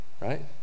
right